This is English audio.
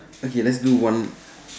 okay let's do one more